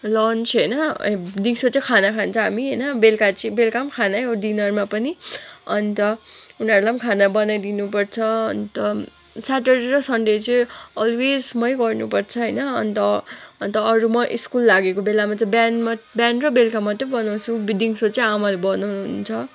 lunch होइन ए दिउँसो चाहिँ खाना खान्छ हामी होइन बेलुका चाहिँ बेलुका पनि खानै हो डिनरमा पनि अन्त उनीहरूलाई पनि खाना बनाइदिनुपर्छ अन्त स्याटर्डे र सनडे चाहिँ अलवेज मै गर्नुपर्छ होइन अन्त अन्त अरू म स्कुल लागेको बेलामा चाहिँ बिहान मा बिहान र बेलुका मात्रै बनाउँछु दिउँसो चाहिँ आमाले बनाउनु हुन्छ